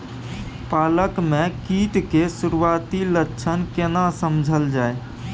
पालक में कीट के सुरआती लक्षण केना समझल जाय?